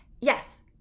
yes